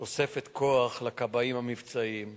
תוספת כוח-אדם לכבאים המבצעיים.